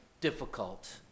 difficult